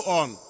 on